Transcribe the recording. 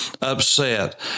upset